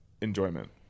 enjoyment